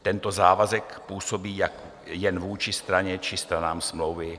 Tento závazek působí jen vůči straně či stranám smlouvy.